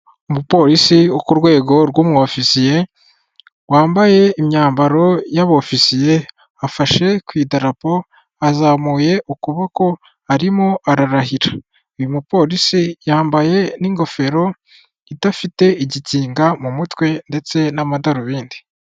Umuporisi wo ku rwego rw'umu ofisiye, wambaye imyambaro y'aba ofisiye afashe ku idarapo, azamuye ukuboko arimo ararahira. Uyu muporisi yambaye n'ingofero idafite igikinga mu mutwe ndetse n'amadarubindi.